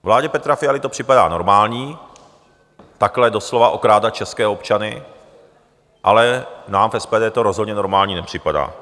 Vládě Petra Fialy to připadá normální, takhle doslova okrádat české občany, ale nám v SPD to rozhodně normální nepřipadá.